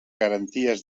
garanties